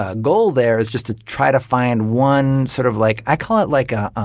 ah goal there is just to try to find one sort of like i call it like a